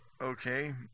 Okay